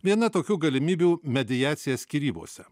viena tokių galimybių mediacija skyrybose